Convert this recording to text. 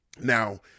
Now